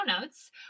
notes